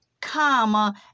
comma